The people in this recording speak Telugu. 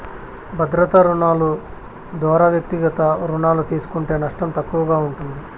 భద్రతా రుణాలు దోరా వ్యక్తిగత రుణాలు తీస్కుంటే నష్టం తక్కువగా ఉంటుంది